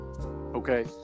okay